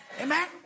amen